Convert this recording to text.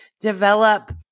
develop